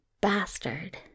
bastard